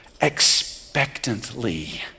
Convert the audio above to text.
expectantly